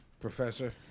Professor